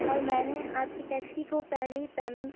اور میں نے آپ کی ٹیکسی کو پہلے ہی پیمنٹ